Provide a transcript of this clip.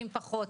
פחות?